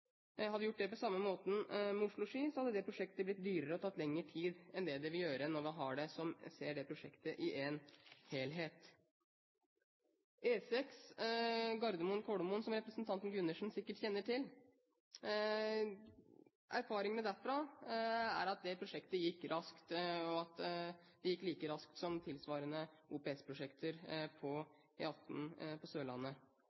hadde prosjektet blitt dyrere og tatt lengre tid enn det det vil gjøre når vi ser prosjektet i en helhet. Erfaringene fra E6 Gardermoen–Kolomoen, som representanten Gundersen sikkert kjenner til, er at det prosjektet gikk raskt, og at det gikk like raskt som